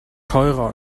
teurer